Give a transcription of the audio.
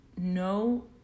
no